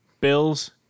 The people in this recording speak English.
Bills